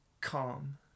calm